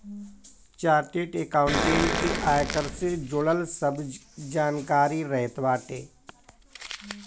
chartered accountant के आयकर से जुड़ल सब जानकारी रहत बाटे